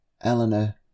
Eleanor